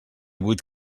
vuit